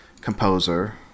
composer